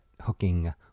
hooking